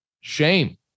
shame